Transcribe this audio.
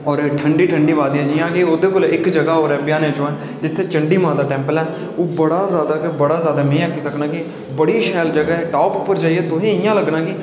ते ठंडी ठंडी वादियां ते ओह्दे कोला इक जगह् होर ऐ जित्थै चंडी माता टैम्पल ऐ ओह् बड़ा ज्यादा बड़ा ज्यादा में आक्खी सकनां कि बड़ी शैल जगह् ऐ बड़ी टॉप पर जेइयै तुसेंगी इ'यां लग्गना कि